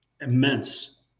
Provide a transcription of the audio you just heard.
immense